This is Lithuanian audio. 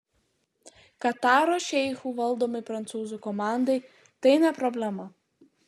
kataro šeichų valdomai prancūzų komandai tai ne problema